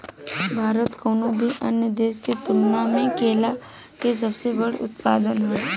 भारत कउनों भी अन्य देश के तुलना में केला के सबसे बड़ उत्पादक ह